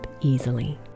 easily